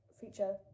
feature